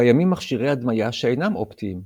קיימים מכשירי הדמיה שאינם אופטיים,